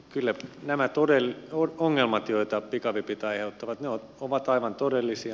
kyllä nämä ongelmat joita pikavipit aiheuttavat ovat aivan todellisia